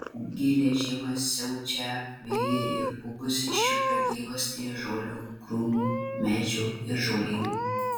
gilią žiemą siaučią vėjai ir pūgos iščiulpia gyvastį iš žolių krūmų medžių ir žolynų